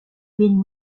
been